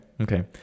okay